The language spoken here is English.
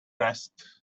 rest